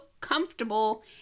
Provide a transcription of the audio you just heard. comfortable